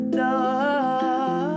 dark